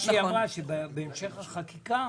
היא אמרה שבהמשך החקיקה,